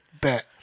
Bet